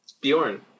Bjorn